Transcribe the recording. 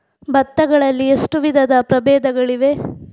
ಭತ್ತ ಗಳಲ್ಲಿ ಎಷ್ಟು ವಿಧದ ಪ್ರಬೇಧಗಳಿವೆ?